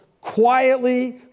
quietly